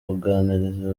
kuganiriza